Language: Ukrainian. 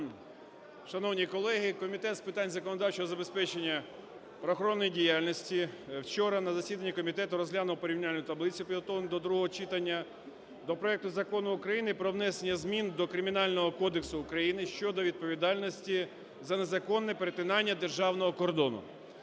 Шановні колеги, Комітет з питань законодавчого забезпечення правоохоронної діяльності вчора на засіданні комітету розглянув порівняльну таблицю, підготовлену до другого читання, до проекту Закону України про внесення зміни до Кримінального кодексу України щодо відповідальності за незаконне перетинання державного кордону